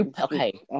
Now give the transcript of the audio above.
okay